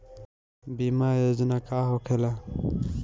बीमा योजना का होखे ला?